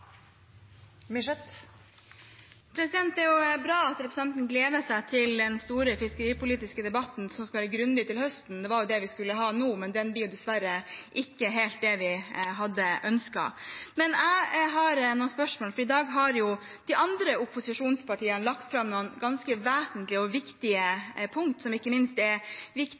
Det er bra at representanten gleder seg til den store fiskeripolitiske debatten som skal gjennomføres grundig til høsten. Det var jo den vi skulle ha nå, men den blir dessverre ikke helt det vi hadde ønsket. Jeg har noen spørsmål, for i dag har de andre opposisjonspartiene lagt fram noen ganske vesentlige og viktige punkter som ikke minst er viktig